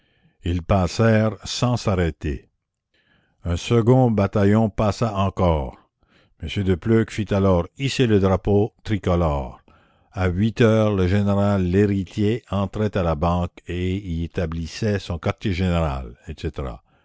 ils passèrent sans s'arrêter un second bataillon passa encore m de pleuc fit alors hisser le drapeau tricolore à heures le général l'héritier entrait à la banque et y établissait son quartier général etc